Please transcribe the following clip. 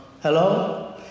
hello